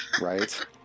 Right